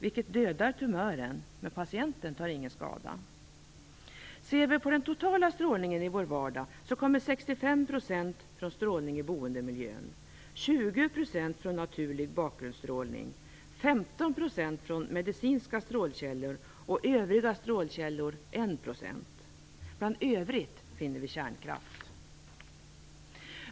Det dödar tumören, men patienten tar ingen skada. Ser vi på den totala strålningen i vår vardag kommer 65 % från strålning i boendemiljön, 20 % från naturlig bakgrundsstrålning, 15 % från medicinska strålkällor och 1 % från övriga strålkällor. Bland övriga strålkällor finner vi kärnkraft.